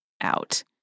out